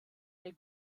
der